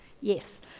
Yes